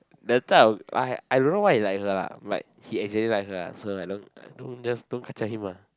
the type of I I don't know why he like her lah but he accidentally like her lah so I don't don't just don't kacau him lah